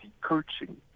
coaching